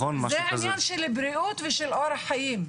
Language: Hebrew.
זה עניין של בריאות ושל אורח חיים.